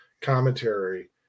commentary